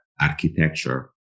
architecture